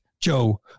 Joe